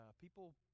people